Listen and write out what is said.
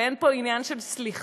ואין פה עניין של סליחה,